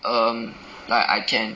um like I can